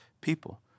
people